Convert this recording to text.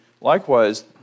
Likewise